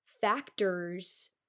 factors